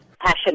passion